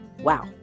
wow